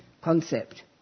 concept